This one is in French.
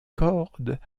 cordes